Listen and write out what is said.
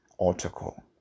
article